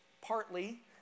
partly